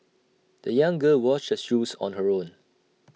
the young girl washed her shoes on her own